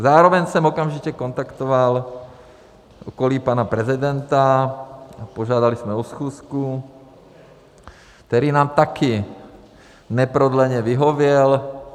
Zároveň jsem okamžitě kontaktoval okolí pana prezidenta a požádali jsme o schůzku, který nám taky neprodleně vyhověl.